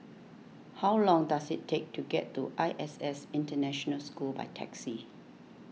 how long does it take to get to I S S International School by taxi